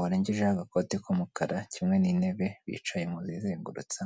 warengejeho agagakoti k'umukara kimwe n'intebe, bicaye mu zizengurutsa,